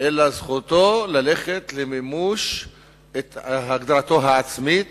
אלא זכותו ללכת למימוש הגדרתו העצמית